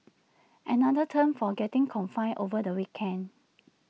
another term for getting confined over the weekend